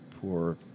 poor